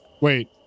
Wait